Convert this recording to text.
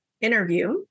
interview